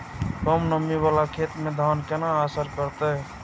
कम नमी वाला खेत में धान केना असर करते?